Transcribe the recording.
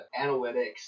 analytics